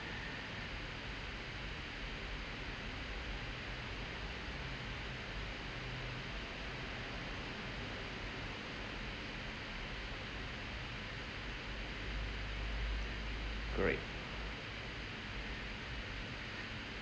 great